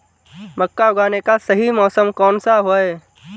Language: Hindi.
मक्का उगाने का सही मौसम कौनसा है?